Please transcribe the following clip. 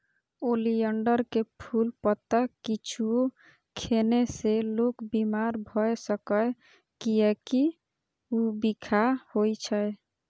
oleander के फूल, पत्ता किछुओ खेने से लोक बीमार भए सकैए, कियैकि ऊ बिखाह होइ छै